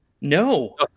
no